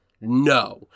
no